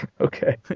Okay